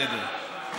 בסדר.